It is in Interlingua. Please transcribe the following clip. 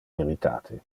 veritate